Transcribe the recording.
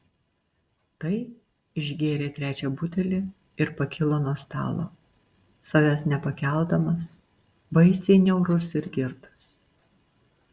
tai išgėrė trečią butelį ir pakilo nuo stalo savęs nepakeldamas baisiai niaurus ir girtas